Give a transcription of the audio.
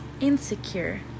insecure